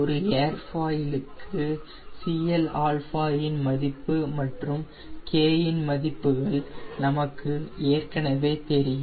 ஒரு ஏர்ஃபாயிலுக்கு Cl இன் மதிப்பு மற்றும் k இன் மதிப்புகள் நமக்கு ஏற்கனவே தெரியும்